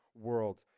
world